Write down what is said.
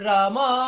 Rama